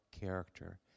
character